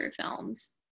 films